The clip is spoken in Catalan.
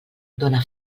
done